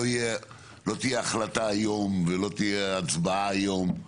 לא תהיה החלטה היום ולא תהיה הצבעה היום,